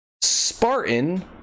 Spartan